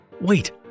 wait